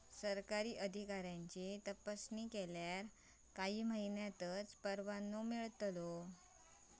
सरकारी अधिकाऱ्यांची तपासणी केल्यावर काही महिन्यांतच परवानो मिळतलो